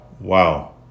wow